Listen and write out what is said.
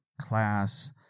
class